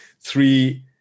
three